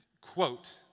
quote